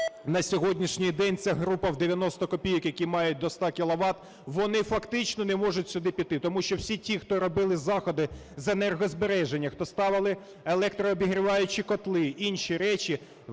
на сьогоднішній день ця група в 90 копійок, які мають до 100 кіловат, вони фактично не можуть сюди піти, тому що всі ті, хто робили заходи з енергозбереження, хто ставили електрообігріваючі котли, інші речі,